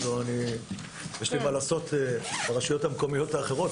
אם לא יש לי מה לעשות ברשויות המקומיות האחרות,